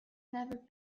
never